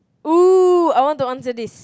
!woo! I want to answer this